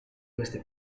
queste